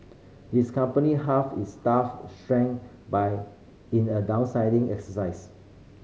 his company halved its staff strength by in a downsizing exercise